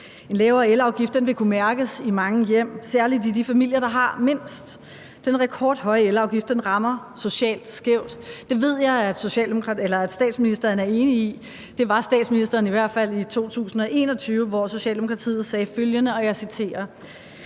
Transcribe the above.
En lavere elafgift vil kunne mærkes i mange hjem, særlig i de familier, der har mindst. Den rekordhøje elafgift rammer socialt skævt. Det ved jeg at statsministeren er enig i. Det var statsministeren i hvert fald i 2021, hvor Socialdemokratiet sagde følgende, og jeg citerer: